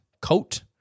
coat